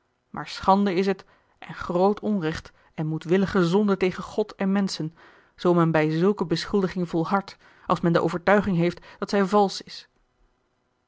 maar schande is het en groot onrecht en moedwillige zonde tegen god en menschen zoo men bij zulke beschuldiging volhardt als men de overtuiging heeft dat zij valsch is